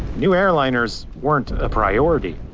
new airliners weren't a priority.